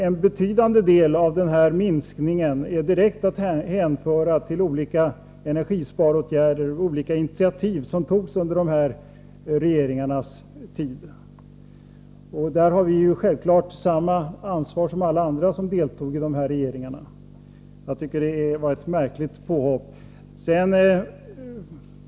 En betydande del av denna minskning är direkt att hänföra till olika energisparåtgärder och olika initiativ som togs under dessa regeringars tid. Vi har där självfallet samma ansvar som alla andra som deltog i dessa regeringar. Jag tycker att det var ett märkligt påhopp som här gjordes!